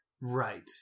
Right